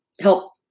help